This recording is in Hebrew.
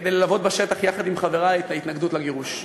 כדי ללוות בשטח יחד עם חברי את ההתנגדות לגירוש.